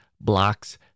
blocks